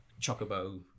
chocobo